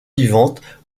vivantes